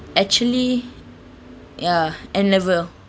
actually ya N level